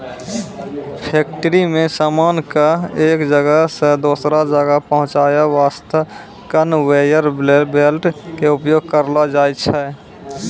factory मॅ सामान कॅ एक जगह सॅ दोसरो जगह पहुंचाय वास्तॅ कनवेयर बेल्ट के उपयोग करलो जाय छै